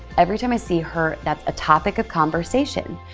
every time i see her, that's a topic of conversation.